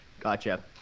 Gotcha